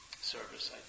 service